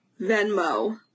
Venmo